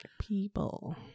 people